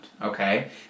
okay